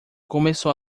começou